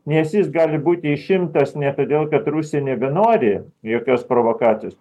nes jis gali būti išimtas ne todėl kad rusija nebenori jokios provokacijos